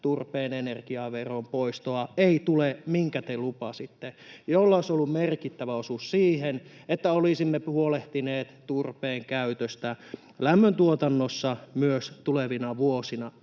turpeen energiaveron poistoa, minkä te lupasitte, ei tule? Sillä olisi ollut merkittävä osuus siihen, että olisimme huolehtineet turpeen käytöstä lämmöntuotannossa myös tulevina vuosina.